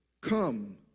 Come